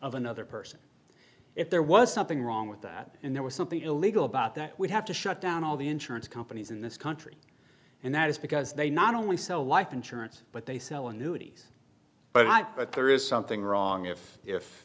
of another person if there was something wrong with that and there was something illegal about that would have to shut down all the insurance companies in this country and that is because they not only sell life insurance but they sell annuities but i but there is something wrong if if